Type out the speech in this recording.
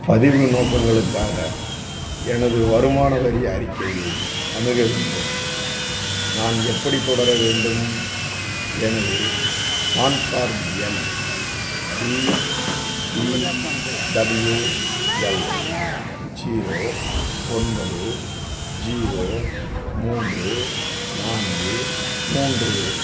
பதிவு நோக்கங்களுக்காக எனது வருமான வரி அறிக்கையை அணுக வேண்டும் நான் எப்படி தொடர வேண்டும் எனது பான் கார்டு எண் டிபிடபுள்யுஎல் ஜீரோ ஒன்பது ஜீரோ மூன்று நான்கு மூன்று